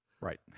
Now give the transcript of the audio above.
Right